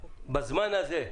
בזמן הזה,